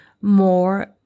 more